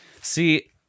See